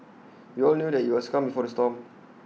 we all knew that IT was calm before the storm